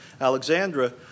Alexandra